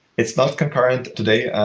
it's not concurrent today.